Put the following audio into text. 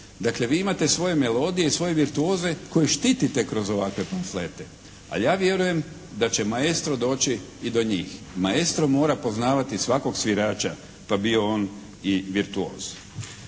Dakle, vi imate svoje melodije i svoje virtuoze koje štitite kroz ovakve pamflete, a ja vjerujem da će maestro doći i do njih, maestro mora poznavati svakog svirača pa bio on i virtuoz.